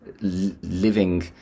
living